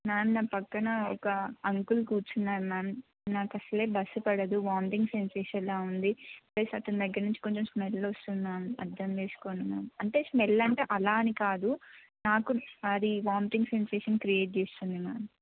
ma'am నా పక్కన ఒక అంకుల్ కూర్చున్నారు మ్యామ్ నాకు అసలే బస్సు పడదు వామిటింగ్ సెన్సేషన్లా ఉంది ప్లస్ అతని దగ్గర నుంచి కొంచెం స్మెల్ వస్తుంది మ్యామ్ అర్థం చేసుకోండి మ్యామ్ అంటే స్మెల్ అంటే అలా అని కాదు నాకు అది వామిటింగ్ సెన్సేషన్ క్రియేట్ చేస్తుంది మ్యామ్